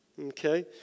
Okay